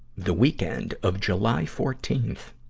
the weekend of july fourteenth.